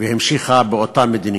והמשיכה באותה מדיניות,